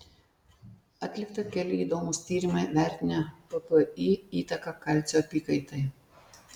atlikta keli įdomūs tyrimai vertinę ppi įtaką kalcio apykaitai